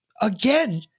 again